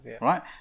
right